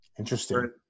Interesting